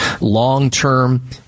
long-term